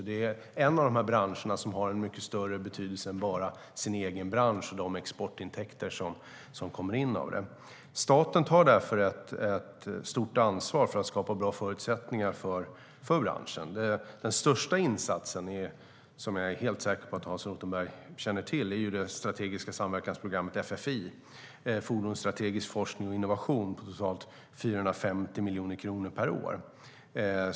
Det är en av de branscher som har en mycket större betydelse än bara den egna branschen och de exportintäkter som kommer in av den. Staten tar därför ett stort ansvar för att skapa bra förutsättningar för branschen. Den största insatsen, som jag är helt säker på att Hans Rothenberg känner till, är det strategiska samverkansprogrammet FFI - Fordonsstrategisk Forskning och Innovation - med totalt 450 miljoner kronor per år.